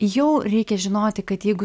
jau reikia žinoti kad jeigu